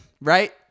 right